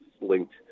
linked